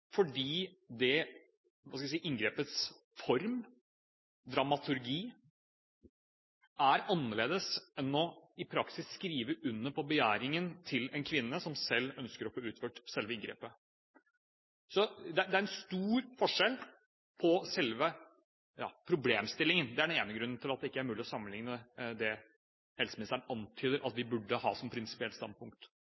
inngrepets form og dramaturgi er annerledes enn i praksis å skrive under på begjæringen til en kvinne som ønsker å få utført selve inngrepet. Det er en stor forskjell i selve problemstillingen. Det er den ene grunnen til at det ikke er mulig å sammenligne med det helseministeren antyder